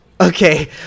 Okay